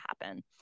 happen